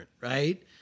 right